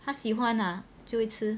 他喜欢 ah 就会吃